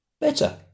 better